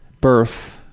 birth,